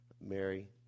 Mary